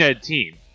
team